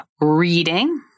reading